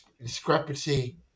discrepancy